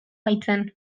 baitzen